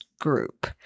group